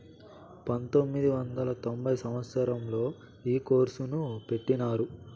పంతొమ్మిది వందల తొంభై సంవచ్చరంలో ఈ కోర్సును పెట్టినారు